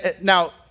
now